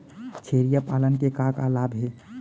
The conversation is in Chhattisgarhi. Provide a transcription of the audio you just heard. छेरिया पालन के का का लाभ हे?